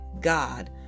God